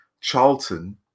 Charlton